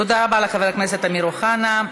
תודה רבה לחבר הכנסת אמיר אוחנה.